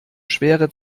schwere